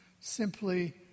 simply